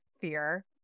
fear